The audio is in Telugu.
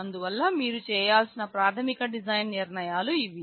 అందువల్ల మీరు చేయాల్సిన ప్రాథమిక డిజైన్ నిర్ణయాలు ఇవి